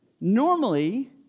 Normally